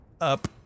up